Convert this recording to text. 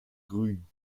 grünen